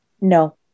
No